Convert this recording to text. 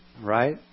right